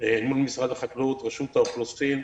מול משרד החקלאות ורשות האוכלוסין.